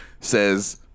says